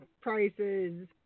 prices